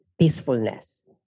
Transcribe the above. peacefulness